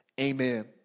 amen